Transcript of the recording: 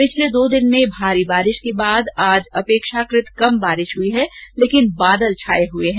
पिछले दो दिन में भारी बारिश के बाद आज अपेक्षाकृत कम बारिश हुई लेकिन बादल छाए हुए हैं